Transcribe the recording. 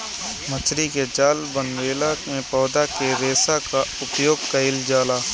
मछरी के जाल बनवले में पौधा के रेशा क उपयोग कईल जाला